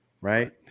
right